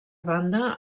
banda